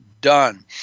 done